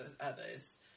others